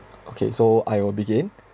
okay so I will begin